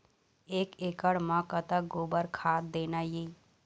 एक एकड़ म कतक गोबर खाद देना ये?